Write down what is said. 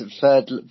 Third